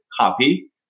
copy